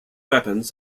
weapons